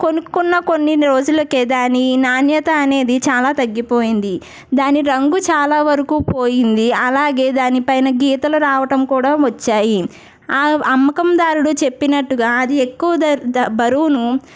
కొనుక్కున్న కొన్ని రోజులకే దాని నాణ్యత అనేది చాలా తగ్గిపోయింది దాని రంగు చాలా వరకు పోయింది అలాగే దానిపైన గీతలు రావడం కూడా వచ్చాయి ఆ అమ్మకం దారుడు చెప్పినట్టుగా అది ఎక్కువ ద బరువును